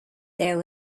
there